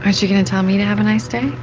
ah she going to tell me to have a nice day?